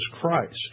Christ